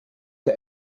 der